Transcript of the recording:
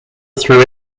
through